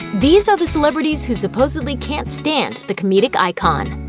these are the celebrities who supposedly can't stand the comedic icon.